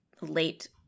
late